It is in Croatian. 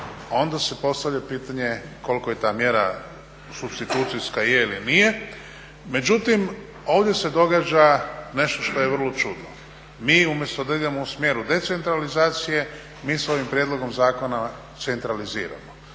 onda se postavlja pitanje koliko je ta mjera supstitucijska, je ili nije. Međutim, ovdje se događa nešto što je vrlo čudno. Mi umjesto da idemo u smjeru decentralizacije, mi s ovim prijedlogom zakona centraliziramo